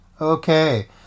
okay